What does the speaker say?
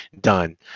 done